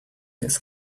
this